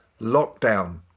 Lockdown